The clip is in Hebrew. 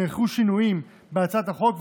נערכו שינויים בהצעת החוק,